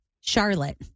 Charlotte